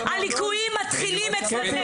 הליקויים מתחילים אצלכם.